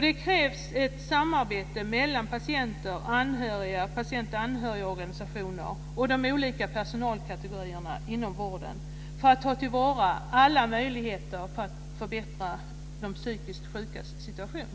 Det krävs ett samarbete mellan patienter och anhöriga, patienter och anhörigorganisationer och de olika personalkategorierna inom vården för att ta till vara alla möjligheter för att förbättra de psykiskt sjukas situation.